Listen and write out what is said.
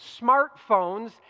smartphones